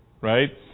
Right